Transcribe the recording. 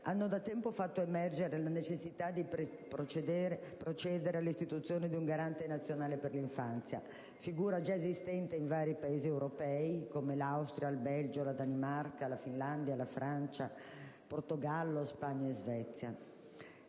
hanno da tempo fatto emergere la necessità di procedere all'istituzione di un Garante nazionale per l'infanzia, figura già esistente in vari Paesi europei, come l'Austria, il Belgio, la Danimarca, la Finlandia, la Francia, il Portogallo, la Spagna e la Svezia.